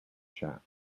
chap